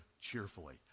cheerfully